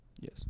Yes